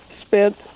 spent